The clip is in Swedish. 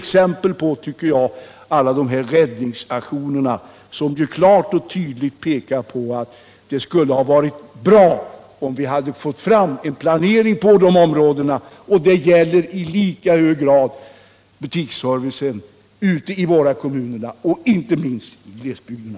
Alla de räddningsaktioner som har företagits under det senaste året pekar klart och tydligt på att det hade varit bra med en mera långsiktig planering på berörda områden. Det gäller i lika hög grad butiksservicen i kommunerna, och inte minst i glesbygderna.